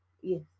Yes